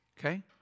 Okay